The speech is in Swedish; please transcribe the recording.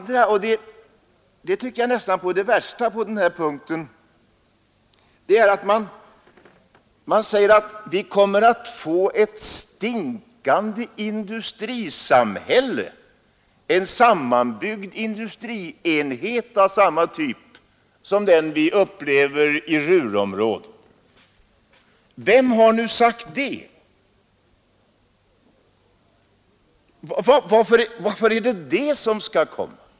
Det värsta tycker jag ändå är att man säger att vi kring brofästet kommer att få ett stinkande industrisamhälle, en sammanbyggd industrienhet av samma typ som den man kan uppleva i Ruhrområdet. Vad har man för grund för det påståendet?